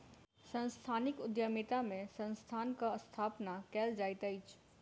सांस्थानिक उद्यमिता में संस्थानक स्थापना कयल जाइत अछि